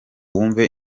wumve